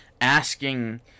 asking